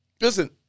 Listen